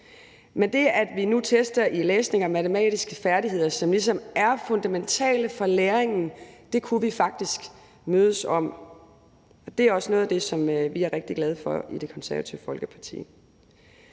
Men det, at vi nu tester i læsning og matematiske færdigheder, som ligesom er fundamentale for læringen, kunne vi faktisk mødes om, og det er også noget af det, vi er rigtig glade for i Det Konservative Folkeparti.